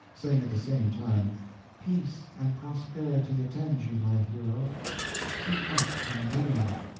saying at the same time peace and prosperity attend you, my hero be up and doing!